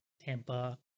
Tampa